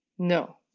No